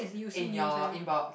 in your inbox